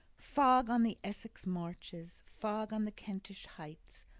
fog on the essex marshes, fog on the kentish heights.